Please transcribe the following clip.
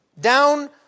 down